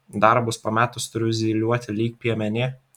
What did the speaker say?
darbus pametus turiu zylioti lyg piemenė